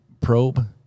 probe